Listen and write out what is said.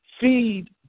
Feed